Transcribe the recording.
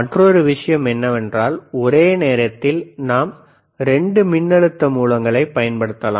மற்றொரு விஷயம் என்னவென்றால் ஒரே நேரத்தில் நாம் 2 மின்னழுத்த மூலங்களைப் பயன்படுத்தலாம்